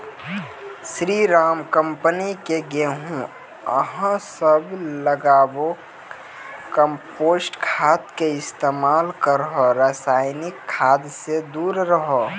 स्री Ram company के गेहूँ अहाँ सब लगाबु कम्पोस्ट खाद के इस्तेमाल करहो रासायनिक खाद से दूर रहूँ?